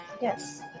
yes